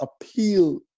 appeal